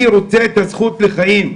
אני רוצה את הזכות לחיים.